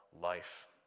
life